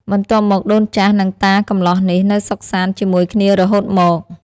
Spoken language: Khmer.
បន្ទាប់មកដូនចាស់និងតាកំលោះនេះ នៅសុខសាន្តជាមួយគ្នារហូតមក ។